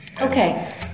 Okay